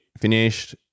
finished